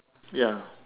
ya